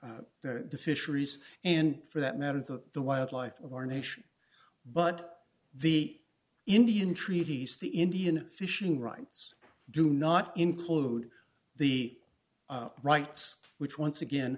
recover the fisheries and for that matter to the wildlife of our nation but the indian treaties the indian fishing rights do not include the rights which once again